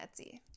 Etsy